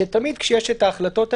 שתמיד כשיש את ההחלטות האלה,